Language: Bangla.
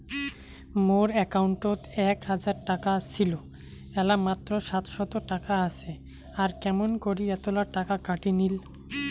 মোর একাউন্টত এক হাজার টাকা ছিল এলা মাত্র সাতশত টাকা আসে আর কেমন করি এতলা টাকা কাটি নিল?